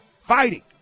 fighting